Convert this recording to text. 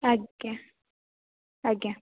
ଆଜ୍ଞା ଆଜ୍ଞା